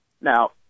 now